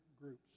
groups